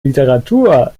literatur